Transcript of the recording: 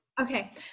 Okay